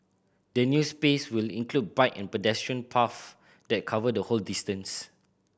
the new space will include bike and pedestrian path that cover the whole distance